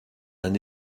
d’un